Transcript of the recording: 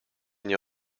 nie